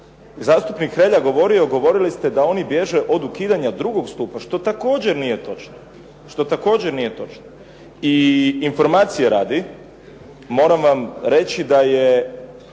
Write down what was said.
zastupnik Hrelja govorio govorili ste da oni bježe od ukidanja drugog stupa što također nije točno, što također nije točno. I informacije radi, moram vam reći da je